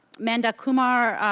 mina and kumar,